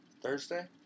Thursday